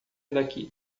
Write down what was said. daqui